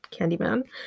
Candyman